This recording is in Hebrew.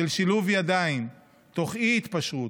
של שילוב ידיים תוך אי-התפשרות,